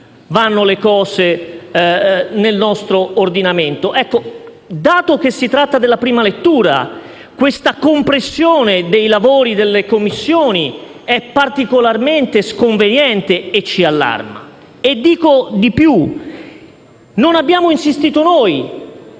vanno le cose nel nostro ordinamento. Dato che si tratta della prima lettura, la compressione dei lavori delle Commissioni è particolarmente sconveniente e ci allarma. Dico di più: non abbiamo insistito noi